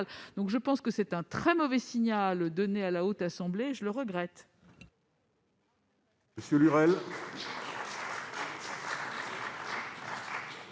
Je pense que c'est un très mauvais signal donné à la Haute Assemblée, et je le regrette.